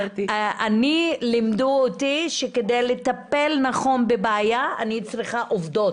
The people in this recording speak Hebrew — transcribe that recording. אותי לימדו שכדי לטפל נכון בבעיה - אני צריכה עובדות.